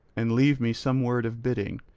and leave me some word of bidding,